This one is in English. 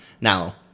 Now